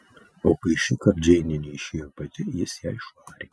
o kai šįkart džeinė neišėjo pati jis ją išvarė